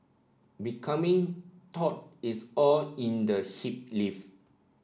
becoming taut is all in the hip lift